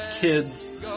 kids